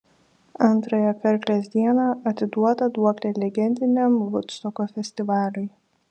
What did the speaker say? antrąją karklės dieną atiduota duoklė legendiniam vudstoko festivaliui